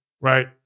right